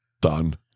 done